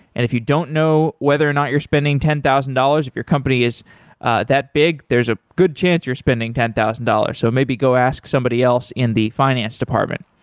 if you don't know whether or not you're spending ten thousand dollars, if your company is that big, there's a good chance you're spending ten thousand dollars. so maybe go ask somebody else in the finance department.